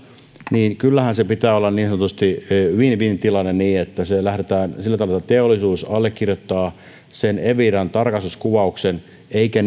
niin kyllähän sen pitää olla niin sanotusti win win tilanne niin että siellä lähdetään siitä että teollisuus allekirjoittaa sen eviran tarkastuskuvauksen eikä